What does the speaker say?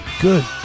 Good